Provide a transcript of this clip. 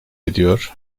ediyor